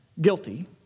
guilty